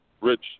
Rich